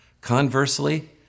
Conversely